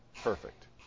perfect